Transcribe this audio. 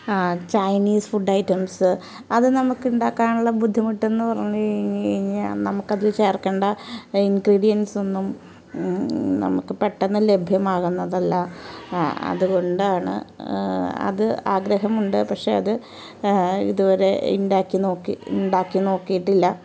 Chinese food items അത് നമുക്ക് ഉണ്ടാക്കാനുള്ള ബുദ്ധിമുട്ടെന്ന് പറഞ്ഞു കഴിഞ്ഞു കഴിഞ്ഞാൽ നമുക്ക് അതിൽ ചേർക്കേണ്ട ഇൻഗ്രീഡിയൻസൊന്നും നമുക്ക് പെട്ടെന്ന് ലഭ്യമാകുന്നതല്ല ആ അതു കൊണ്ടാണ് അത് ആഗ്രഹമുണ്ട് പക്ഷേ അത് ഇതുവരെ ഉണ്ടാക്കി നോക്കി ഉണ്ടാക്കി നോക്കിയിട്ടില്ല